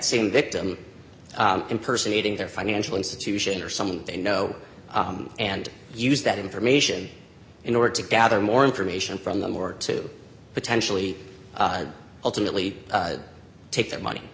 same victim impersonating their financial institution or someone they know and use that information in order to gather more information from them or to potentially ultimately take their money